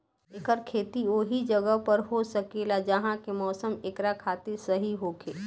एकर खेती ओहि जगह पर हो सकेला जहा के मौसम एकरा खातिर सही होखे